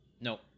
no